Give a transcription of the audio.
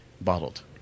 bottled